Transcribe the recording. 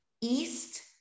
east